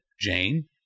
Jane